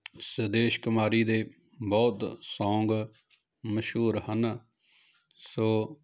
ਸੁਦੇਸ਼ ਕੁਮਾਰੀ ਦੇ ਬਹੁਤ ਸੌਂਗ ਮਸ਼ਹੂਰ ਹਨ ਸੋ